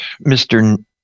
mr